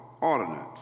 ordinance